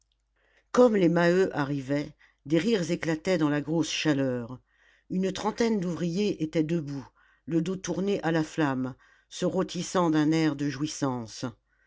comme les maheu arrivaient des rires éclataient dans la grosse chaleur une trentaine d'ouvriers étaient debout le dos tourné à la flamme se rôtissant d'un air de jouissance